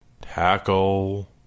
Tackle